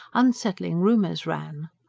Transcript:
unsettling rumours ran.